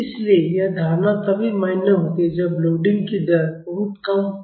इसलिए यह धारणा तभी मान्य होती है जब लोडिंग की दर बहुत कम हो